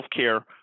Healthcare